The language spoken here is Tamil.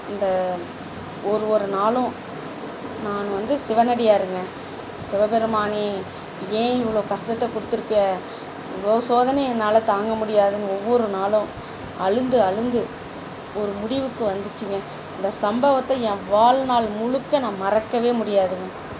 இந்த ஒரு ஒரு நாளும் நான் வந்து சிவனடியாருங்க சிவபெருமானே ஏன் இவ்வளோ கஷ்டத்த கொடுத்துருக்க இவ்வளோ சோதனைய என்னால் தாங்க முடியாதுன்னு ஒவ்வொரு நாளும் அழுந்து அழுந்து ஒரு முடிவுக்கு வந்துச்சிங்க இந்த சம்பவத்தை என் வாழ்நாள் முழுக்க நான் மறக்கவே முடியாதுங்க